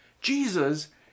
Jesus